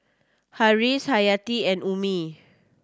Harris Hayati and Ummi